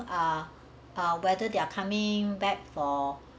ah ah whether they are coming back for